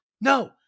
No